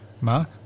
Mark